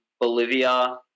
Bolivia